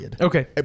Okay